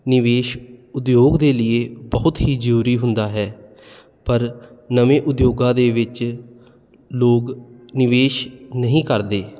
ਨਿਵੇਸ਼ ਉਦਯੋਗ ਦੇ ਲੀਏ ਬਹੁਤ ਹੀ ਜ਼ਰੂਰੀ ਹੁੰਦਾ ਹੈ ਪਰ ਨਵੇਂ ਉਦਯੋਗਾਂ ਦੇ ਵਿੱਚ ਲੋਕ ਨਿਵੇਸ਼ ਨਹੀਂ ਕਰਦੇ